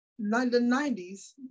90s